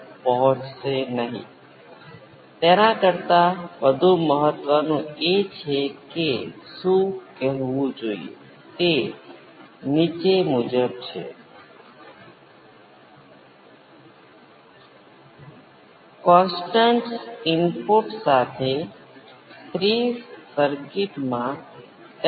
તેથી હવે રિસ્પોન્સ શું છે V p exponential j 5 1 j ω CR exponential j ω t અથવા હું આ બે વસ્તુઓને કોઈપણ રીતે એકસાથે મૂકી શકું છું જે V p exponential j ω t 5 પણ છે જે મૂળ રીતે એક્સ્પોનેંસિયલને જટિલ સંખ્યાના સરવાળા દ્વારા વિભાજિત થાય છે